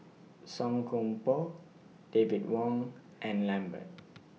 Song Koon Poh David Wong and Lambert